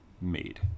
made